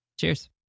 Cheers